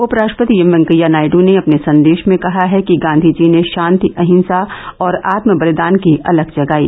उपराष्ट्रपति एम वेंकैया नायड ने अपने संदेश में कहा है कि गांधी जी ने शांति अहिंसा और आत्म बलिदान की अलख जगायी